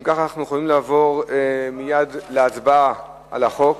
אם כך, אנחנו יכולים לעבור להצבעה על החוק.